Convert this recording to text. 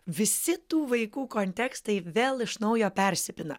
visi tų vaikų kontekstai vėl iš naujo persipina